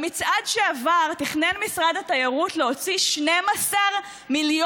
במצעד שעבר תכנן משרד התיירות להוציא 12 מיליון